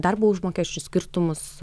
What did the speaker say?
darbo užmokesčių skirtumus